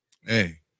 Hey